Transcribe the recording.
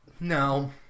No